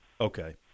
Okay